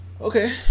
Okay